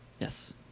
Yes